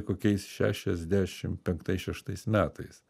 kokiais šešiasdešim penktais šeštais metais